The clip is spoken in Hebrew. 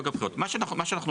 מה זאת אומרת?